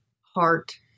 heart